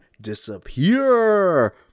disappear